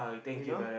you know